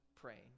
praying